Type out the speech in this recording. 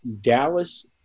Dallas